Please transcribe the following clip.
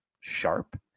sharp